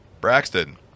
Braxton